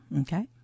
Okay